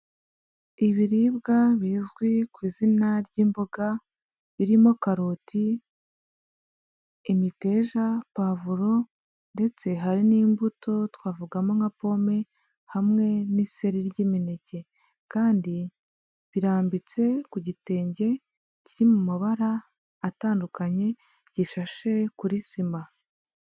Ibiribwa bizwi ku izina ry'imboga birimo karoti, imiteja, pavuro ndetse hari n'imbuto twavugamo nka pome hamwe n'iseri ry'imineke, kandi birambitse ku gitenge kiri mu mabara atandukanye gishashe kuri sima.